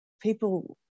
people